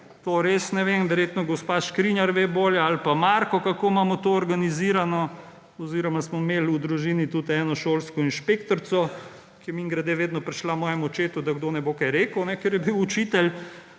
res ne vem, verjetno gospa Škrinjar ve bolje ali pa Marko, kako imamo to organizirano oziroma v družini smo imeli tudi eno šolsko inšpektorico, ki je mimogrede vedno prišla k mojemu očetu, da kdo ne bo kaj rekel, ker je bil učitelj,